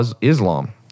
Islam